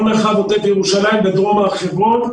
כל מרחב עוטף ירושלים ודרום הר חברון.